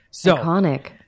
Iconic